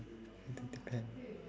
it'll depend